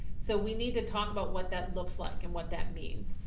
so we need to talk about what that looks like and what that means.